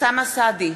אוסאמה סעדי,